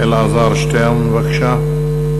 אלעזר שטרן, בבקשה.